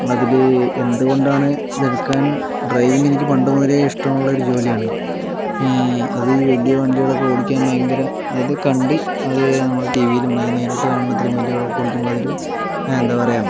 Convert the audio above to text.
അതിൽ എന്തുകൊണ്ടാണ് ഇതെടുക്കാൻ ഡ്രൈവിംഗ് എനിക്ക് പണ്ട് മുതലേ ഇഷ്ടമുള്ള ഒരു ജോലിയാണ് അതീ വല്ല്യ വണ്ടികളൊക്കെ ഓടിക്കാൻ ഭയങ്കര അത് കണ്ട് അത് നമ്മുടെ ടിവിയിലും അതായത് നേരിട്ട് കാണണത്രയും വല്ല്യ ഓടിക്കുമ്പോൾ അതൊരു എന്താ പറയുക